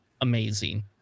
amazing